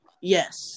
yes